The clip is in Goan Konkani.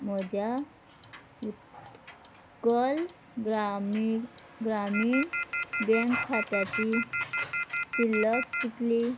म्हज्या उत्कल ग्रामी ग्रामीण बँक खात्याची शिल्लक कितली